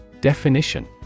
Definition